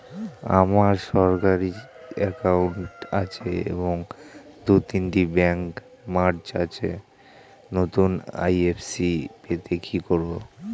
আমার সরকারি একাউন্ট আছে এবং দু তিনটে ব্যাংক মার্জ হয়েছে, নতুন আই.এফ.এস.সি পেতে কি করব?